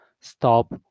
stop